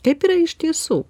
kaip yra iš tiesų